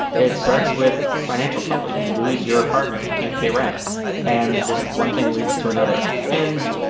it starts with financial trouble you lose your apartment you can't pay rent and just one thing leads to another and.